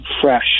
fresh